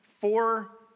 four